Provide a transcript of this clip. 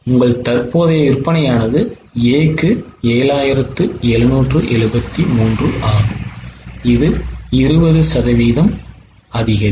உங்கள் தற்போதைய விற்பனையானது Aக்கு 7773 ஆகும் இது 20 சதவீதம் அதிகரிக்கும்